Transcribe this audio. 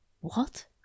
What